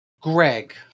Greg